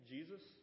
Jesus